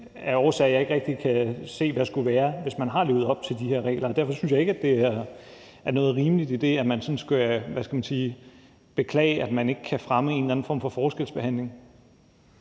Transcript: af årsager, jeg ikke rigtig kan se der skulle være, hvis man har levet op til de her regler. Og derfor synes jeg ikke, at der er noget rimeligt i, at man sådan, hvad skal man sige, skal beklage, at man ikke kan fremme en eller anden form for forskelsbehandling.